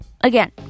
again